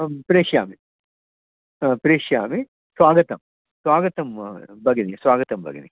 आं प्रेषयामि प्रेषयामि स्वागतं स्वागतं भगिनि स्वागतं भगिनि